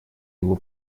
его